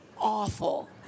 awful